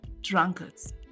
drunkards